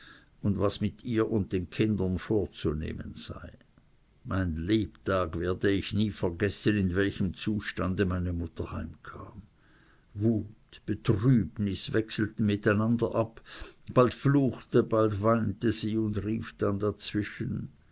und was mit ihr und den kindern vorzunehmen sei mein lebtag werde ich nie vergessen in welchem zustande meine mutter heimkam wut betrübnis wechselten miteinander ab bald fluchte bald weinte sie und rief dann dazwischen